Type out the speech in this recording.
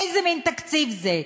איזה מין תקציב זה?